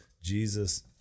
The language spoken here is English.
Jesus